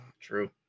true